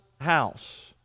house